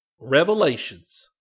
Revelations